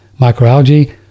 microalgae